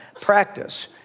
practice